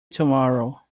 tomorrow